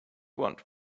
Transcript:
want